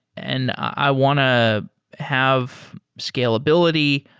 and i want to have scalability,